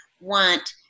want